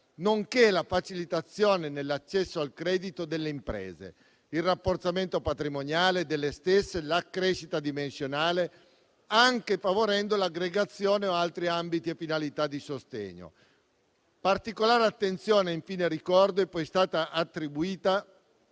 nonché alla facilitazione nell'accesso al credito delle imprese, al rafforzamento patrimoniale delle stesse, alla crescita dimensionale, anche favorendo l'aggregazione o altri ambiti e finalità di sostegno. Ricordo, infine, che particolare attenzione è stata attribuita